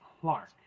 Clark